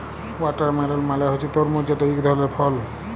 watermelon মালে হছে তরমুজ যেট ইক ধরলের ফল